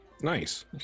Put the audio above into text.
Nice